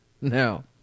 No